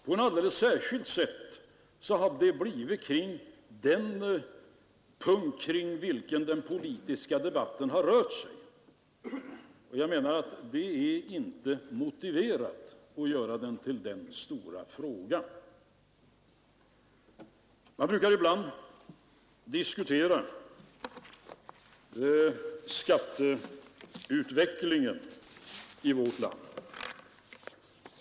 På ett alldeles särskilt sätt har den blivit den punkt kring vilken den politiska debatten har rört sig, och jag menar att det inte är motiverat att göra den till en så stor fråga. Man brukar ibland diskutera skatteutvecklingen i vårt land.